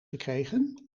gekregen